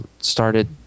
started